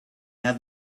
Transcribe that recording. have